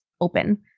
open